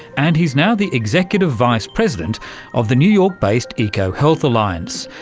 and he's now the executive vice president of the new york-based ecohealth alliance,